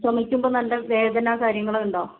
ചുമക്കുമ്പോൾ നല്ല വേദന കാര്യങ്ങള് ഉണ്ടോ